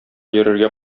йөрергә